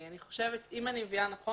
מבינה נכון,